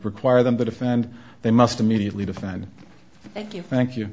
require them to defend they must immediately defend thank you